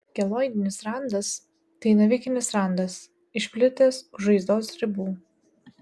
keloidinis randas tai navikinis randas išplitęs už žaizdos ribų